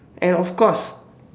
and of course